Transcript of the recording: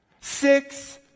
Six